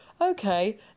Okay